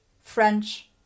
French